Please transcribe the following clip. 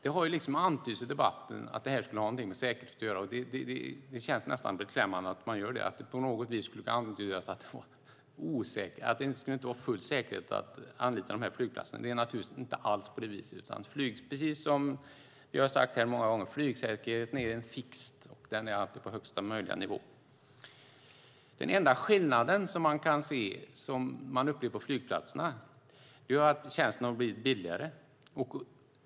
Det har antytts i debatten att det här skulle ha någonting med säkerhet att göra, och det känns nästan beklämmande att man antyder att det inte skulle vara helt säkert att anlita de här flygplatserna. Det är naturligtvis inte alls på det viset, utan flygsäkerheten är fix och alltid på högsta möjliga nivå. Den enda skillnad som man upplever på flygplatserna är att tjänsten har blivit billigare.